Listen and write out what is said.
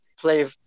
play